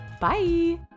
Bye